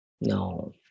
no